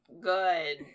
Good